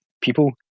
people